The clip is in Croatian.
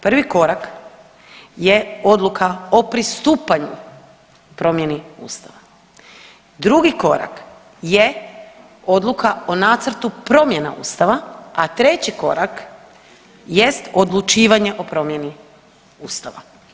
Prvi korak je odluka o pristupanju promjeni Ustava, drugi korak je odluka o nacrtu promjena Ustava, a treći korak jest odlučivanje o promjeni Ustava.